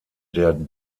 der